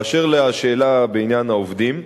באשר לשאלה בעניין העובדים: